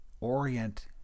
orient